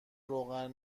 روغن